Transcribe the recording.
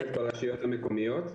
את מתכוונת ברשויות המקומיות?